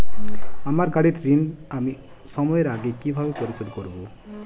আমার গাড়ির ঋণ আমি সময়ের আগে কিভাবে পরিশোধ করবো?